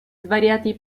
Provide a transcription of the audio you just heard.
svariati